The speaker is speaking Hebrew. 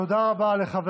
נוכחת איתן גינזבורג,